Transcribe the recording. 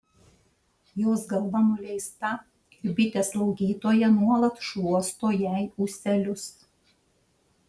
jos galva nuleista ir bitė slaugytoja nuolat šluosto jai ūselius